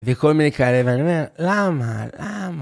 וכל מיני כאלה, ואני אומר למה? למה?